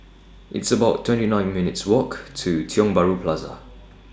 It's about twenty nine minutes' Walk to Tiong Bahru Plaza